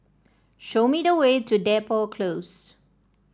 show me the way to Depot Close